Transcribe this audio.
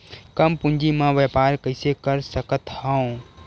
कम पूंजी म व्यापार कइसे कर सकत हव?